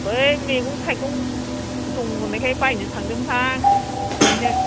बै मैगं थाइगं दं होननायखाय बायनो थांदोंमोन आं ओरैनो